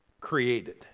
created